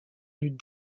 lutte